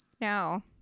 No